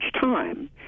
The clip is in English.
time